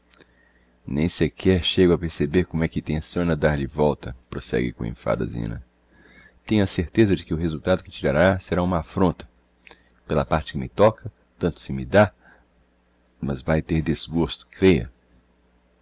a chibata nem sequer chego a perceber como é que tenciona dar-lhe volta prosegue com enfado a zina tenho a certeza de que o resultado que tirará será uma affronta pela parte que me toca tanto se me dá mas vae ter desgosto creia